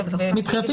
מבחינתי,